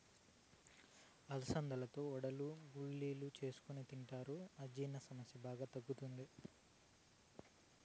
అలసందలతో వడలు, గుగ్గిళ్ళు చేసుకొని తింటారు, అజీర్తి సమస్య బాగా తగ్గుతాది